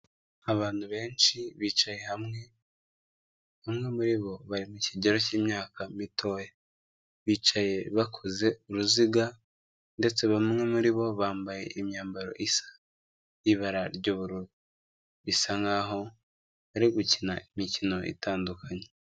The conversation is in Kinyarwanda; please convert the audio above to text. Abantu benshi bicaye hamwe, bamwe muri bo bari mu kigero cy'imyaka mitoya, bicaye bakoze uruziga ndetse bamwe muri bo bambaye imyambaro isa y'ibara ry'ubururu, bisa nkaho bari gukina imikino itandukanye.